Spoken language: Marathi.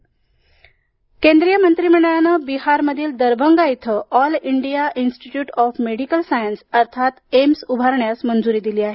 केंद्र एम्स बिहार केंद्रीय मंत्रिमंडळानं बिहारमधील दरभंगा इथं all India institute of medical science अर्थात एम्स उभारण्यास मंजुरी दिली आहे